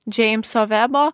džeimso vebo